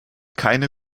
keine